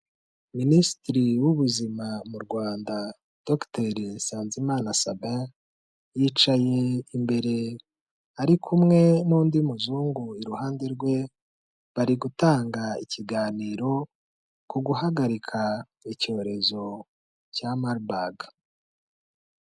Minisitiri w'ubuzima mu Rwanda dogiteri Nsanzimana Sabe, yicaye imbere ari kumwe n'undi muzungu iruhande rwe, bari gutanga ikiganiro ku guhagarika icyorezo cya mabaga.